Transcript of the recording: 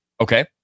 Okay